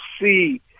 see